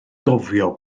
gofio